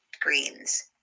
greens